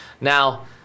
Now